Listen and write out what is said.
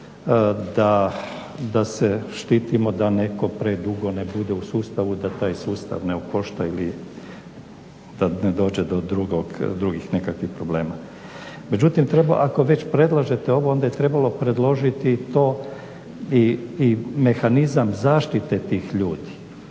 da se štitimo da netko predugo ne bude u sustavu, da taj sustav ne košta ili da ne dođe do drugih nekakvih problema. Međutim treba, ako već predlažete ovo, onda je trebalo predložiti to i mehanizam zaštite tih ljudi.